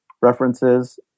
references